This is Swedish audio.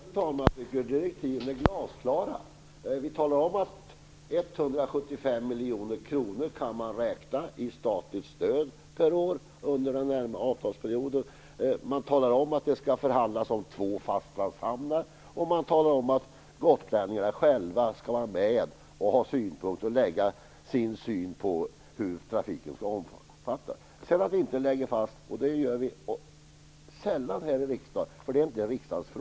Fru talman! Jag tycker att direktiven är glasklara. Vi talar om att man kan räkna med 175 miljoner kronor i statligt stöd per år under den här avtalsperioden. Vi talar om att det skall förhandlas om två fastlandshamnar, och vi talar om att gotlänningarna själva skall vara med och ha synpunkter på vad trafiken skall omfatta. Att vi sedan inte lägger fast lokaliseringsorterna beror på att vi sällan gör det här i riksdagen.